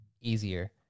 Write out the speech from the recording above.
easier